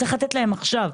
צריך לתת להם עכשיו.